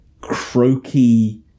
croaky